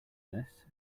this